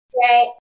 Right